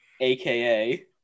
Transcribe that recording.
aka